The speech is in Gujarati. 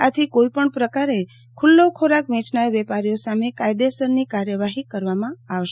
આથી કોઇપણ પ્રકારે ખુલ્લો ખોરાક વેચનાર વેપારીઓ સામે કાયદેસરની કાર્યવાહી કરવામાં આવશે